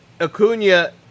Acuna